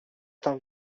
tam